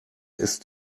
ist